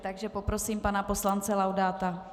Takže poprosím pana poslance Laudáta.